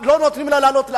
לא נותנים לה לעלות לארץ.